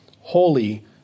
Holy